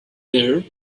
there